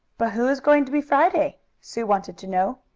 but who is going to be friday? sue wanted to know.